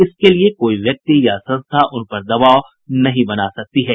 इसके लिए कोई व्यक्ति या संस्था उन पर दबाव नहीं बना सकती है